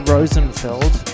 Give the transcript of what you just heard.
Rosenfeld